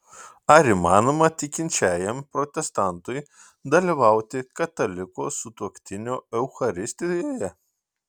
ar įmanoma tikinčiajam protestantui dalyvauti kataliko sutuoktinio eucharistijoje